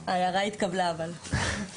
ההערה התקבלה אבל.